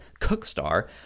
cookstar